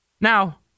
Now